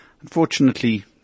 unfortunately